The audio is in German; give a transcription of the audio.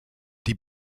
die